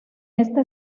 este